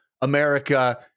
America